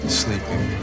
sleeping